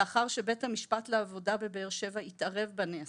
לאחר שבית המשפט לעבודה בבאר שבע התערב בנעשה.